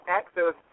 access